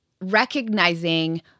recognizing